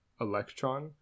electron